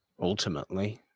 ultimately